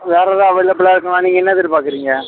வேறு எதாவது அவைலபிளாக இருக்குமா நீங்கள் என்ன எதிர்பார்க்குறீங்க